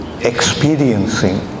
experiencing